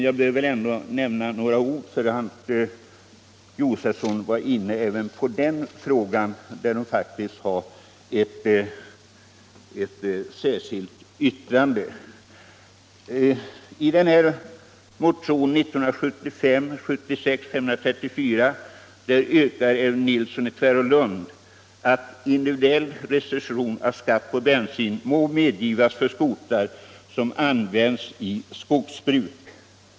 Jag kan bara säga några ord — herr Josefson var inne även på den frågan — och det finns faktiskt ett särskilt yttrande. I motionen 1975/76:534 yrkar herr Nilsson i Tvärålund att individuell restitution av skatt på bensin må medgivas för skoter som används i skogsbruk.